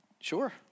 Sure